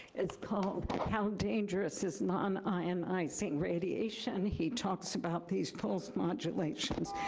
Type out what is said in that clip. it's called how dangerous is non-ionizing radiation? he talks about these poles modulations.